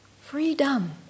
freedom